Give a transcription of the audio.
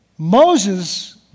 Moses